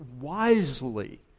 wisely